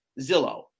Zillow